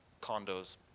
condos